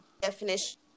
definition